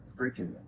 freaking